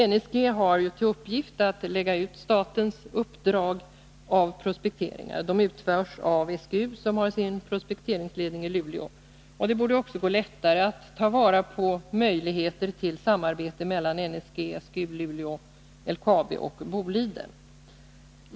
NSG har till uppgift att lägga ut statens uppdrag av prospekteringar. De utförs av SGU, som har sin prospekteringsledning i Luleå. Det borde också gå lättare att ta vara på möjligheterna till samarbete mellan NSG, SGU-Luleå, LKAB och Boliden.